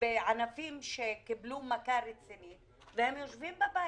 בענפים שקיבלו מכה רצינית, והם יושבים בבית.